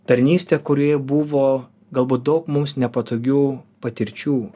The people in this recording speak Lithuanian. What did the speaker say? tarnystė kurioje buvo galbūt daug mums nepatogių patirčių